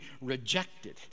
rejected